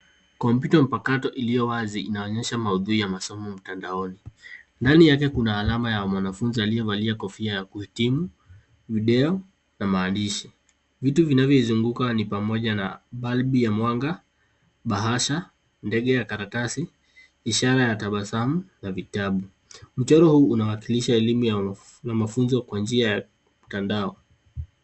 Kompyuta mpakato ulio wazi unaonyesha maudhui ya masomo mtandaoni. Ndani yake kuna alama ya mwanafunzi aliyevalia kofia ya kuhitimu, video na maandishi. vitu vinavyoizunguka ni pamoja na balbu ya mwanga, bahasha, ndege ya karatasi, ishara ya tabasamu na vitabu. Mchoro huu unawakilisha elimu ya mafunzo kwa njia ya mtandao.